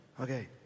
Okay